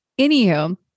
Anywho